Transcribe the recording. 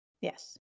Yes